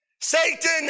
Satan